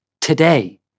Today